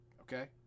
Okay